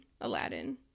Aladdin